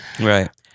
right